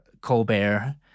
Colbert